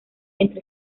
entre